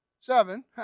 Seven